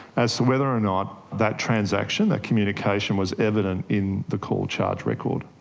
as to whether or not that transaction, that communication was evident in the call charge record.